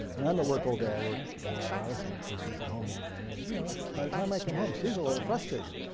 and i'm at work all day. i work long hours and so she's at home all day and by the time i come home she's a little frustrated.